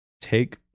take